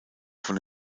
von